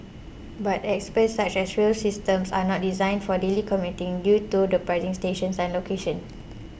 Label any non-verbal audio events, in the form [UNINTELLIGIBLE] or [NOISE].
but experts said such rail systems are not designed for daily commuting due to their pricing and station [UNINTELLIGIBLE] locations